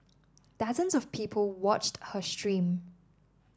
dozens of people watched her stream